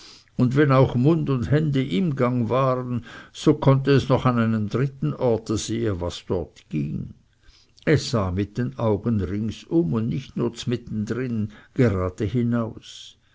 und wenn auch mund und hände im gang waren so konnte es noch an einem dritten orte sehen was dort ging es sah an den augen ringsum und nicht nur zmittendrin gerade hinaus